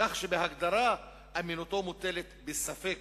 כך שבהגדרה אמינותו של אותו תחקיר מוטלת בספק.